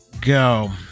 go